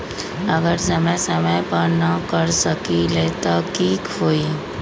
अगर समय समय पर न कर सकील त कि हुई?